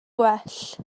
gwell